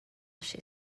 she